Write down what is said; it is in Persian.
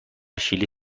شیلی